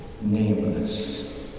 nameless